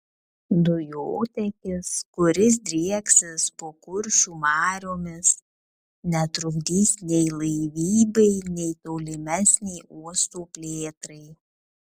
dujotiekis kuris drieksis po kuršių mariomis netrukdys nei laivybai nei tolimesnei uosto plėtrai